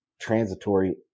transitory